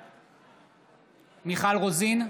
בעד מיכל רוזין,